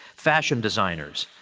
fashion designers,